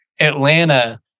Atlanta